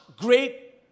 great